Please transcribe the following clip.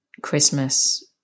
Christmas